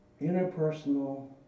interpersonal